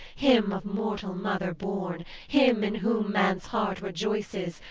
him of mortal mother born, him in whom man's heart rejoices,